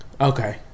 Okay